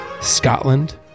Scotland